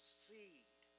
seed